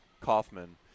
Kaufman